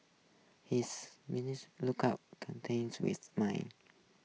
his look out content with mine